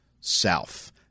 south